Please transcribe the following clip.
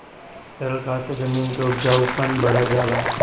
तरल खाद से जमीन क उपजाऊपन बढ़ जाला